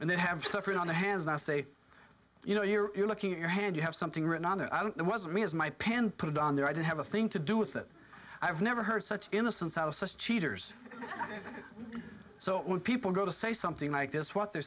and they have stuff in on the hands and i say you know you're looking at your hand you have something written on it i don't it wasn't me as my pen put it on there i didn't have a thing to do with it i have never heard such innocence out of such cheaters so when people go to say something like this what they're